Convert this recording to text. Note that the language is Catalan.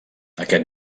aquest